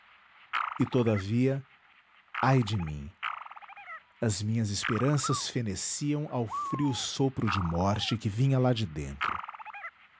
e todavia ai de mim as minhas esperanças feneciam ao frio sopro de morte que vinha lá de dentro